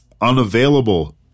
unavailable